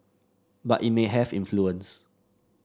but it may have influence